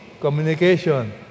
communication